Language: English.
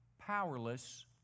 powerless